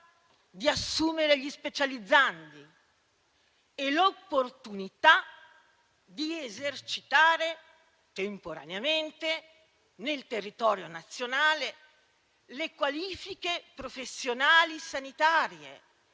di assumere gli specializzandi e l'opportunità di esercitare temporaneamente nel territorio nazionale le qualifiche professionali sanitarie